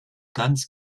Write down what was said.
ganz